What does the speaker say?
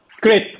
Great